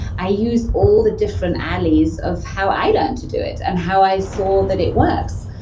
i use all the different alleys of how i learned to do it and how i saw that it works.